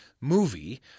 movie